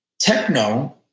Techno